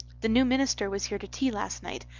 the new minister was here to tea last night.